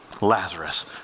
Lazarus